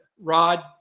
Rod